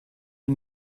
est